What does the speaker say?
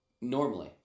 normally